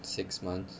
six months